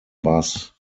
bus